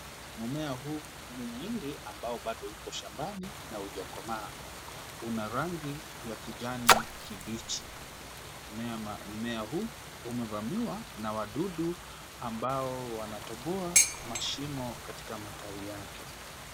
Mmea huu ni mhindi ambayo bado uko shambani na haujakomaa. Una rangi ya kijani kibichi .Mmea huu umevamiwa na wadudu ambao wanatoboa mashimo katika matawi yake.